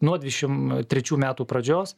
nuo dvidešim trečių metų pradžios